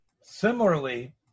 Similarly